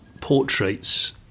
portraits